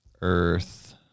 Earth